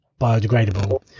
biodegradable